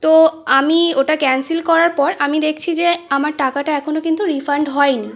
তো আমি ওটা ক্যান্সেল করার পর আমি দেখছি যে আমার টাকাটা এখনো কিন্তু রিফান্ড হয়নি